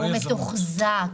הוא מתוחזק,